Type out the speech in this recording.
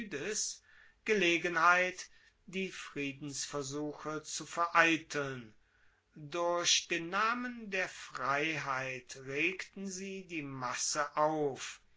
gelegenheit die friedensversuche zu vereiteln durch den namen der freiheit regten sie die masse auf